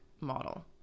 model